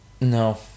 No